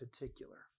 particular